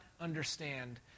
understand